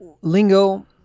lingo